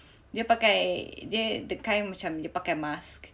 dia pakai dia the kind macam dia pakai mask